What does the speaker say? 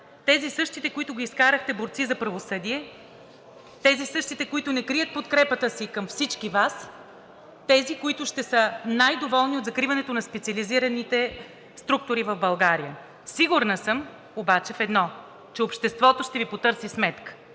Тези същите, които ги изкарахте борци за правосъдие. Тези същите, които не крият подкрепата си към всички Вас. Тези, които ще са най-доволни от закриването на специализираните структури в България. Сигурна съм обаче в едно, че обществото ще Ви потърси сметка